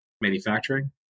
manufacturing